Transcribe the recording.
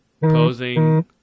posing